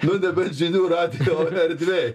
nu nebent žinių radijo erdvėj